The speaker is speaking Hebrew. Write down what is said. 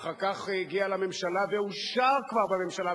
ואחר כך הגיע לממשלה ואושר כבר בממשלה,